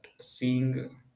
seeing